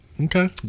Okay